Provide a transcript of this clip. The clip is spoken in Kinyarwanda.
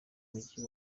mujyi